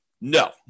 No